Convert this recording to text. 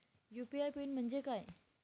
UPI PIN म्हणजे काय?